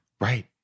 right